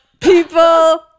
People